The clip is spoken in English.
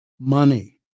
money